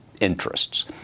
interests